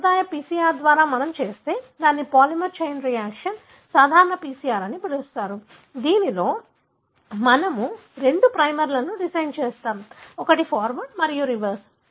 సంప్రదాయ పిసిఆర్ ద్వారా మనం చేస్తే దానిని పాలిమర్స్ చైన్ రియాక్షన్ సాధారణ పిసిఆర్ అని పిలుస్తారు దీనిలో మనము రెండు ప్రైమర్లను డిజైన్ చేస్తాము ఒకటి ఫార్వర్డ్ మరియు రివర్స్